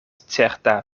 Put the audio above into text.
certa